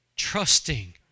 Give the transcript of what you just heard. trusting